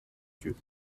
yeux